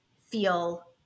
feel